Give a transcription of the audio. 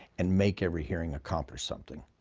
and make every hearing accomplish something.